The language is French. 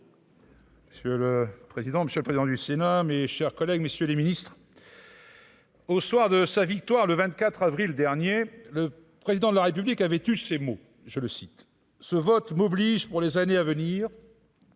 Monsieur le président, monsieur le président du Sénat, mes chers collègues, messieurs les ministres. Au soir de sa victoire, le 24 avril dernier le président de la République avait eu ces mots : je le cite : ce vote m'oblige, pour les années à venir,